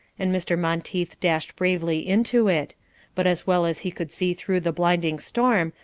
and mr. monteith dashed bravely into it but as well as he could see through the blinding storm,